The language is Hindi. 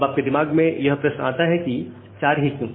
अब आपके दिमाग में प्रश्न यह आता है कि यह 4 ही क्यों